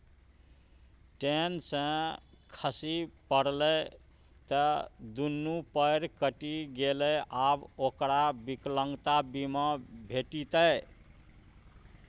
ten सँ खसि पड़लै त दुनू पयर कटि गेलै आब ओकरा विकलांगता बीमा भेटितै